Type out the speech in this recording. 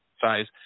size